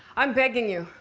i'm begging you.